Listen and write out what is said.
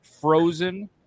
Frozen